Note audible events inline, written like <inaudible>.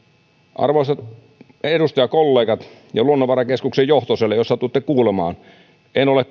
arvoisat edustajakollegat ja luonnonvarakeskuksen johto siellä jos satutte kuulemaan en ole <unintelligible>